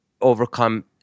overcome